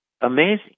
amazing